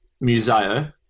Museo